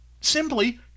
simply